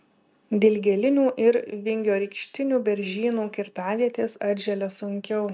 dilgėlinių ir vingiorykštinių beržynų kirtavietės atželia sunkiau